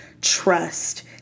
trust